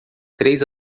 três